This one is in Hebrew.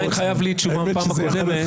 אתה עדיין חייב לי תשובה מהפעם הקודמת,